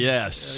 Yes